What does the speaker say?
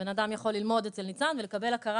הבן אדם יכול ללמוד אצל ניצן ולקבל הכרה